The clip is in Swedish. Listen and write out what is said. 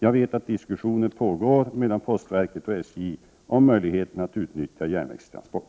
Jag vet att diskussioner pågår mellan postverket och SJ om möjligheten att utnyttja järnvägstransport.